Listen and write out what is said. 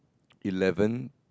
eleven